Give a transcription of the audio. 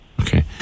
okay